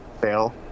fail